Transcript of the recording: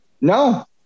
No